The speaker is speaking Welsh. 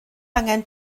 angen